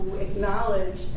acknowledge